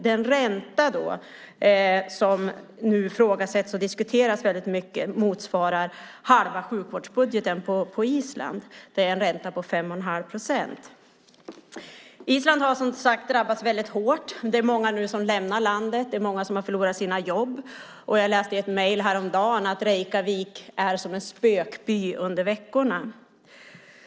Den ränta som nu ifrågasätts och diskuteras väldigt mycket motsvarar halva sjukvårdsbudgeten på Island. Det är en ränta på 5 1⁄2 procent. Island har som sagt drabbats väldigt hårt. Det är nu många som lämnar landet. Det är många som har förlorat sina jobb. Jag läste i ett mejl häromdagen att Reykjavik är som en spökby under veckorna.